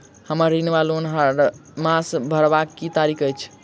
हम्मर ऋण वा लोन हरमास भरवाक की तारीख अछि?